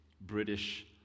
British